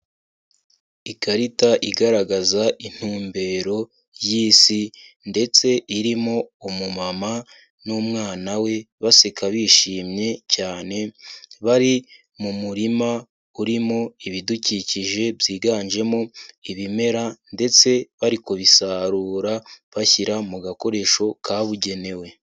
Ikarita igaragaza intumbero y'isi ndetse irimo umumama n'umwana we baseka bishimye cyane, bari mu murima urimo ibidukikije byiganjemo ibimera ndetse bari kubisarura bashyira mu gakoresho kabugenewe.